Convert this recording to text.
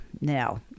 Now